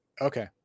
okay